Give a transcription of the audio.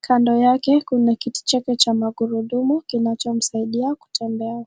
Kando yake kuna kiti chake cha magurudumu kinachomsaidia kutembea.